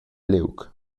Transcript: liug